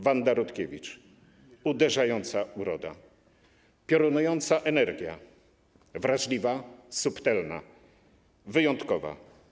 Wanda Rutkiewicz - uderzająca uroda, piorunująca energia, wrażliwa, subtelna, wyjątkowa.